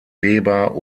weber